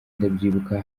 ndabyibuka